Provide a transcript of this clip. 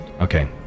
Okay